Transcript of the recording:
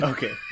Okay